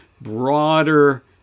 broader